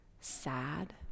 sad